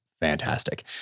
fantastic